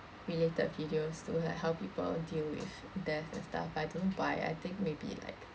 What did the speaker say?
related videos to like how people deal with death and stuff but I don't by I think maybe like